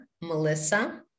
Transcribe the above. Melissa